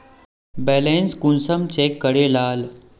Balance कुंसम check करे लाल?